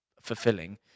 fulfilling